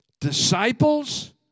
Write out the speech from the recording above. disciples